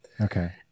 Okay